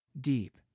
deep